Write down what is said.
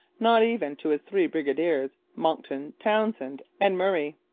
not even to his three brigadiers, monckton, townshend, and murray.